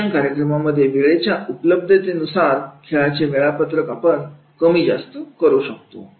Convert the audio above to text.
प्रशिक्षण कार्यक्रमामध्ये वेळेच्या उपलब्धतेनुसार खेळाचे वेळापत्रक आपण कमीजास्त करू शकतो